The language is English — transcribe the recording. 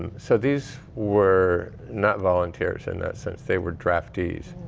and so these were not volunteers in that sense. they were draftees.